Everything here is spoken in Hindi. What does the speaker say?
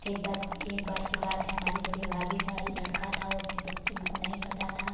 एक बात एक बार की बात है हमारी बड़ी भाभी का लड़का था वो अपने बच्चों उनको नहीं पता था